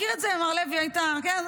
מכיר את זה, מר לוי, היית, כן?